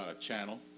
channel